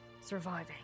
Surviving